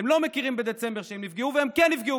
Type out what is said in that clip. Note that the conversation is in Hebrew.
הן לא מכירות בכך שהם נפגעו בדצמבר